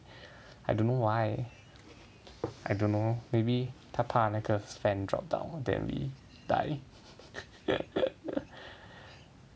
I don't know why I don't know maybe 他怕那个 fan drop down than we die